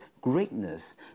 greatness